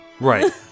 Right